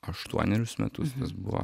aštuonerius metus tas buvo